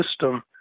system